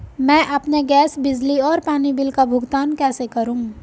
मैं अपने गैस, बिजली और पानी बिल का भुगतान कैसे करूँ?